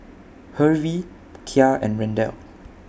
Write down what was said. Hervey Kya and Randell